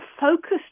focused